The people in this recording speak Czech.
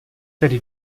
tedy